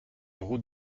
route